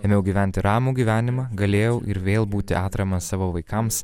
ėmiau gyventi ramų gyvenimą galėjau ir vėl būti atrama savo vaikams